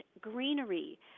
greenery